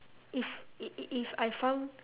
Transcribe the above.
if if if if I found